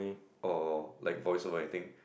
or like voice over acting